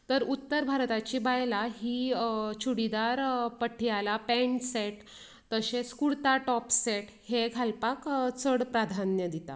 तर उत्तर भारताची बायलां ही churidar Patiala pants set kurta top set हे घालपाक चड प्राधान्य दिता